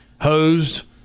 hosed